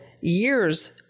years